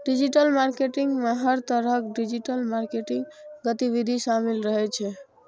digital marketing मे हर तरहक डिजिटल मार्केटिंग गतिविधि शामिल रहै छै